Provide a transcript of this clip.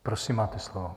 Prosím, máte slovo.